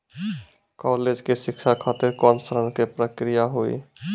College के शिक्षा खातिर कौन ऋण के प्रक्रिया हुई?